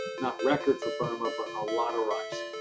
not record for burma, but a lot of rice.